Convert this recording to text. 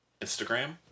Instagram